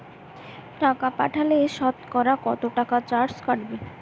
টাকা পাঠালে সতকরা কত টাকা চার্জ কাটবে?